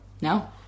No